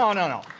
um no, no.